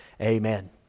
Amen